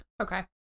Okay